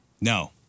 No